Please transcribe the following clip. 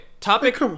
Topic